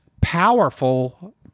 powerful